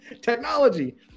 technology